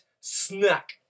snack